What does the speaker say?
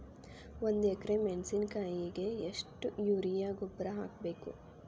ಒಂದು ಎಕ್ರೆ ಮೆಣಸಿನಕಾಯಿಗೆ ಎಷ್ಟು ಯೂರಿಯಾ ಗೊಬ್ಬರ ಹಾಕ್ಬೇಕು?